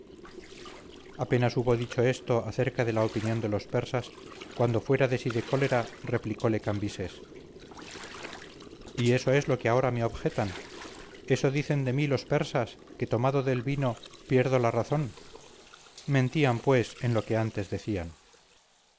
apenas hubo dicho esto acerca de la opinión de los persas cuando fuera de sí de cólera replicóle cambises y eso es lo que ahora me objetan eso dicen de mí los persas que tomado del vino pierdo la razón mentían pues en lo que antes decían